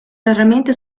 raramente